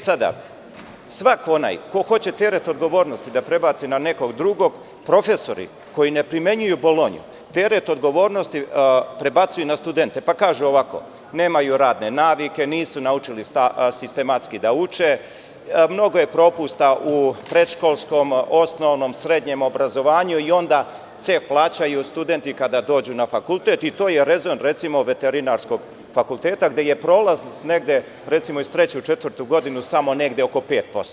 Svako ko hoće teret odgovornosti da prebaci na nekog drugog profesori koji ne primenjuju Bolonju, teret odgovornosti prebacuju na studente pa kažu – nemaju radne navike, nisu naučili sistematski da uče, mnogo je propusta u predškolskom, osnovnom, srednjem obrazovanju i onda ceh plaćaju studenti kada dođu na fakultet i to je rezon na primer, Veterinarskog fakulteta gde je prolaznost iz treće u četvrtu godinu samo oko 5%